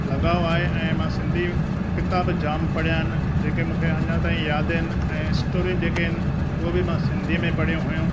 लगाउ आहे ऐं मां सिंधी किताब जाम पढ़िया आहिनि जेके मूंखे अञां ताईं यादि आहिनि ऐं स्टोरियूं जेके आहिनि उहे बि मां सिंधी में पढ़ियूं हुइयूं